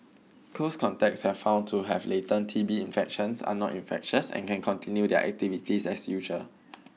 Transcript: close contacts have found to have latent T B infections are not infectious and can continue their activities as usual